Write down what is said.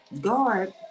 guard